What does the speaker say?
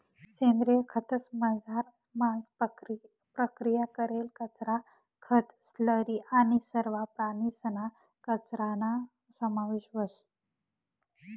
सेंद्रिय खतंसमझार मांस प्रक्रिया करेल कचरा, खतं, स्लरी आणि सरवा प्राणीसना कचराना समावेश व्हस